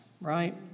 right